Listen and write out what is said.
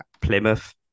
Plymouth